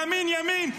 ימין ימין,